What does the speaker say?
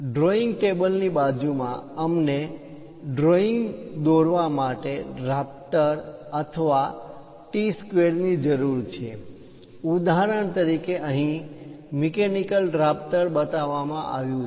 drawing table ની બાજુમાં અમને ડ્રોઈંગ દોરવા માટે ડ્રાફ્ટર અથવા ટી સ્ક્વેર ની જરૂર છે ઉદાહરણ તરીકે અહીં મિકેનિકલ ડ્રાફ્ટર બતાવવામાં આવ્યું છે